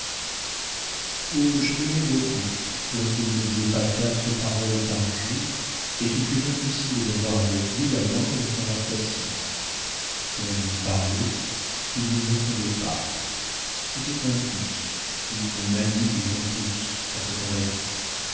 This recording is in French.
je l'aimai beaucoup quoiqu'il ne disait pas quatre paroles par jour et qu'il fût impossible d'avoir avec lui la moindre conversation si on lui parlait il ne répondait pas c'était un tic une manie qu'ils ont tous à ce qu'on m'a dit